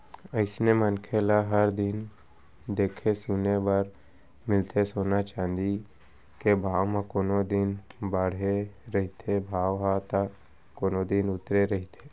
अइसने हमन ल हर दिन देखे सुने बर मिलथे सोना चाँदी के भाव म कोनो दिन बाड़हे रहिथे भाव ह ता कोनो दिन उतरे रहिथे